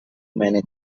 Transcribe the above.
manage